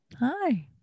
Hi